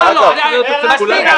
--- זה צריך להיות אצל כולם.